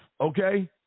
okay